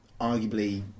arguably